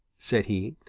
said he,